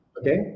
Okay